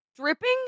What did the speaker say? Dripping